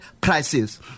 prices